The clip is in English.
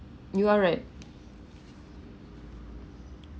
you are right